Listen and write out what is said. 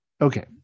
Okay